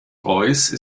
royce